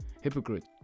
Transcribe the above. Hypocrite